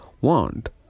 want